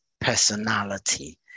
personality